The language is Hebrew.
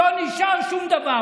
לא נשאר שום דבר.